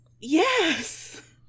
yes